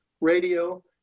radio